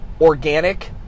organic